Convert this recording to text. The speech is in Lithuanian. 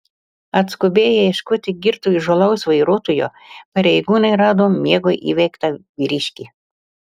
atskubėję ieškoti girto įžūlaus vairuotojo pareigūnai rado miego įveiktą vyriškį